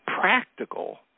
practical